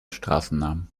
straßennamen